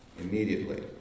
Immediately